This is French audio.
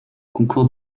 concours